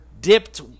dipped